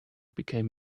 became